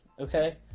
Okay